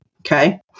Okay